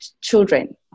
children